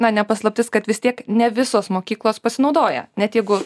na ne paslaptis kad vis tiek ne visos mokyklos pasinaudoja net jeigu